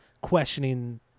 questioning